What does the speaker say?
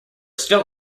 still